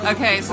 Okay